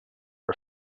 her